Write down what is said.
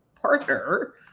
partner